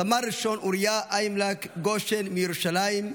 סמל ראשון אוריה איימלק גושן מירושלים,